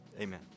Amen